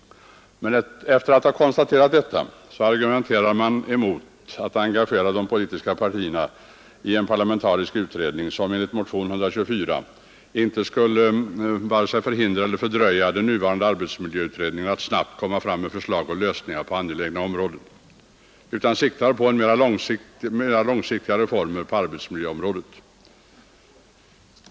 Men efter att ha konstaterat detta argumenterar utskottet emot att engagera de politiska partierna i en parlamentarisk utredning, som enligt motionen 124 inte skulle hindra den nuvarande arbetsmiljöutredningen från att snabbt komma med förslag och lösningar på angelägna områden utan som främst skulle sikta till mera långsiktiga reformer på arbetsmiljöområdet.